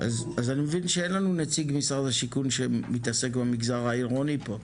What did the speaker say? אז אני מבין שאין לנו נציג משרד השיכון שמתעסק במגזר העירוני פה.